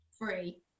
Free